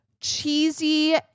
cheesy